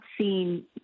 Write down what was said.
seen